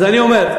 אז אני אומר,